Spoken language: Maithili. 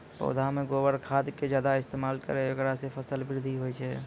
पौधा मे गोबर खाद के ज्यादा इस्तेमाल करौ ऐकरा से फसल बृद्धि होय छै?